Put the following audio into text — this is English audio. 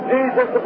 Jesus